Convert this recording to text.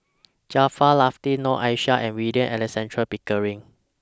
Jaafar Latiff Noor Aishah and William Alexander Pickering